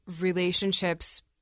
relationships